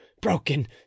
broken